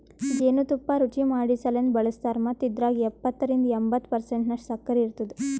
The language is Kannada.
ಜೇನು ತುಪ್ಪ ರುಚಿಮಾಡಸಲೆಂದ್ ಬಳಸ್ತಾರ್ ಮತ್ತ ಇದ್ರಾಗ ಎಪ್ಪತ್ತರಿಂದ ಎಂಬತ್ತು ಪರ್ಸೆಂಟನಷ್ಟು ಸಕ್ಕರಿ ಇರ್ತುದ